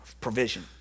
provision